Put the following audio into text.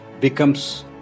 becomes